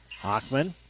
Hockman